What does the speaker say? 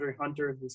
Hunter